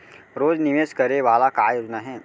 रोज निवेश करे वाला का योजना हे?